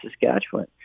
Saskatchewan